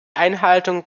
einhaltung